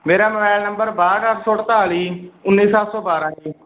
ਮੇਰਾ mobile number ਬਾਹਠ ਅੱਠ ਸੌ ਅਠਤਾਲੀ ਉੱਨੀ ਸੱਤ ਸੌ ਬਾਰਾਂ ਜੀ